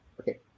Okay